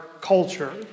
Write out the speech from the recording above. culture